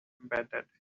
embedded